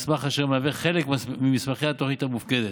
מסמך אשר מהווה חלק ממסמכי התוכנית המופקדת,